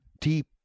deep